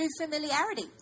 familiarity